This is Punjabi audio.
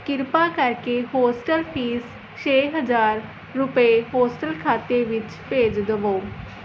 ਕਿਰਪਾ ਕਰਕੇ ਹੋਸਟਲ ਫ਼ੀਸ ਛੇ ਹਜ਼ਾਰ ਰੁਪਏ ਹੋਸਟਲ ਖਾਤੇ ਵਿੱਚ ਭੇਜ ਦੇਵੋ